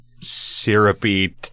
syrupy